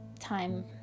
time